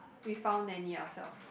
we found nanny ourself